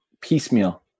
piecemeal